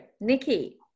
nikki